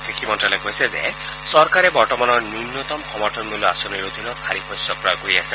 কৃষি মন্তালয়ে কৈছে যে চৰকাৰে বৰ্তমানৰ ন্যনতম সমৰ্থন মূল্য আঁচনিৰ অধীনত খাৰিফ শস্য ক্ৰয় কৰি আছে